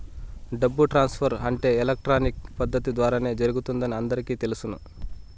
డబ్బు ట్రాన్స్ఫర్ అంటే ఎలక్ట్రానిక్ పద్దతి ద్వారానే జరుగుతుందని అందరికీ తెలుసును